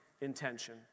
intention